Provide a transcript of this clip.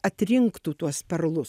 atrinktų tuos perlus